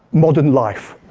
modern life.